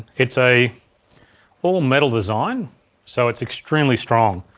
it's a all metal design so it's extremely strong.